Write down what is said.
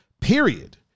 Period